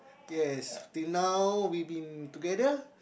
yes till now we been together